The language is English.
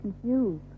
confused